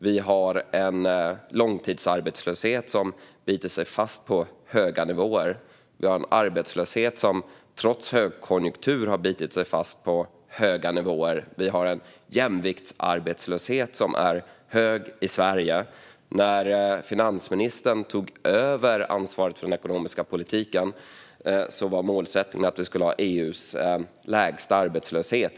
Vi har en långtidsarbetslöshet som har bitit sig fast på höga nivåer. Vi har en arbetslöshet som trots högkonjunktur har bitit sig fast på höga nivåer. Vi har en jämviktsarbetslöshet som är hög i Sverige. När finansministern tog över ansvaret för den ekonomiska politiken var målsättningen att vi skulle ha EU:s lägsta arbetslöshet.